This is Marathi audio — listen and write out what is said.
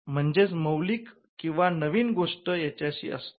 म्हणजेच मौलिक किंवा नवीन गोष्ट यांच्याशी असतो